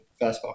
Fastball